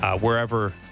wherever